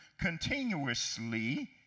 continuously